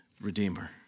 Redeemer